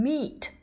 Meet